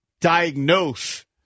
diagnose